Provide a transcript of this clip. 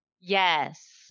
Yes